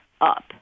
up